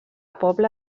poble